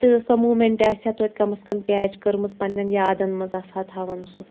تہٕ سۄ موٗمٮ۪نٛٹ آسہِ ہا توتہِ کَمَس کَم کیچ کٔرمٕژ پنٛنٮ۪ن یادَن منٛز آسہٕ ہا تھاوان سُہ